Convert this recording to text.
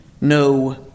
no